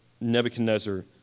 Nebuchadnezzar